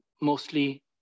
mostly